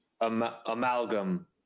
amalgam